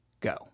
go